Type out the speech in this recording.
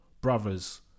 brothers